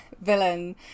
villain